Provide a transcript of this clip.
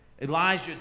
Elijah